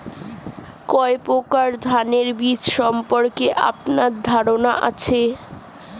কত প্রকার ধানের বীজ সম্পর্কে আপনার ধারণা আছে?